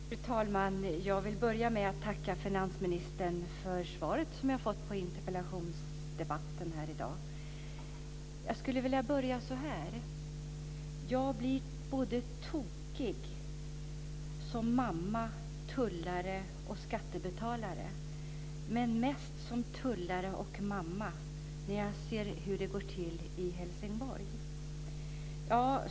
Fru talman! Jag vill börja med att tacka för svaret som jag fått på min interpellation. Jag vill inleda så här: Jag blir tokig som mamma, tullare och skattebetalare, men mest som tullare och mamma, när jag ser hur det går till i Helsingborg.